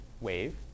wave